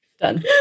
Done